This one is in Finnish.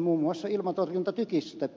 muun muassa ilmatorjuntatykistö